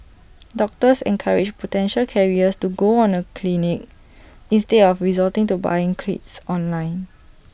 doctors encouraged potential carriers to go on A clinic instead of resorting to buying kits online